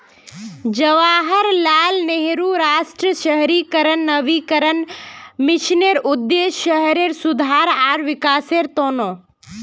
जवाहरलाल नेहरू राष्ट्रीय शहरी नवीकरण मिशनेर उद्देश्य शहरेर सुधार आर विकासेर त न